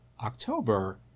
October